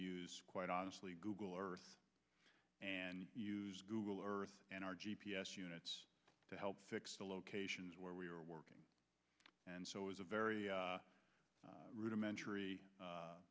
use quite honestly google earth and use google earth and our g p s units to help fix the locations where we were working and so it was a very rudimentary